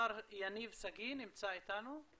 מר יניב שגיא נמצא איתנו?